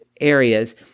areas